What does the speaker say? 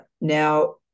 Now